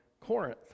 Corinth